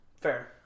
Fair